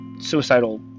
suicidal